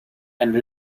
and